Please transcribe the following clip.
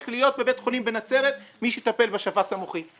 להיות בבית חולים בנצרת מי שיטפל בשבץ המוחי.